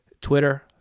Twitter